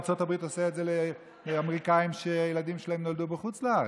בארצות הברית עשו את זה לאמריקאים שהילדים שלהם נולדו בחוץ לארץ.